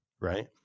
Right